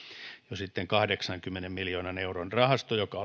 jo sitten kahdeksankymmenen miljoonan euron rahasto joka